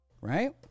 Right